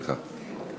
סליחה.